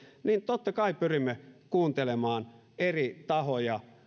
totta kai pyrimme kuuntelemaan eri tahoja